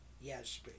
yes